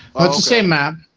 it's the same map